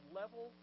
level